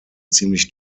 ziemlich